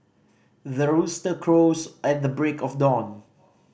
the rooster crows at the break of dawn